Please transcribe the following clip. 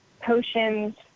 potions